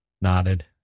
nodded